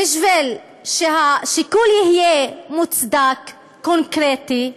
כדי שהשיקול יהיה מוצדק וקונקרטי,